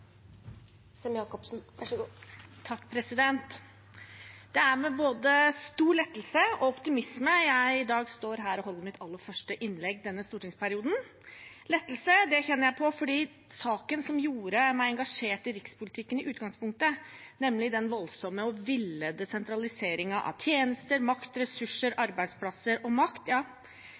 Det er med både stor lettelse og optimisme jeg i dag står her og holder mitt aller første innlegg i denne stortingsperioden. Lettelse kjenner jeg på fordi saken som gjorde meg engasjert i rikspolitikken i utgangspunktet, nemlig den voldsomme og villede sentraliseringen av tjenester, makt, ressurser og arbeidsplasser